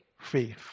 faith